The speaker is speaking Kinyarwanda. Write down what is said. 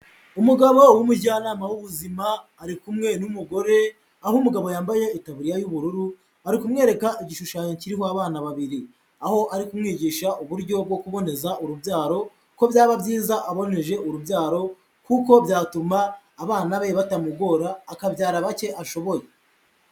Umugabo w'umujyanama w'ubuzima ari kumwe n'umugore aho umugabo yambaye itaburiya y'ubururu ari kumwereka igishushanyo kiriho abana babiri, aho ari kumwigisha uburyo bwo kuboneza urubyaro ko byaba byiza aboneje urubyaro kuko byatuma abana be batamugora akabyara bake ashoboye.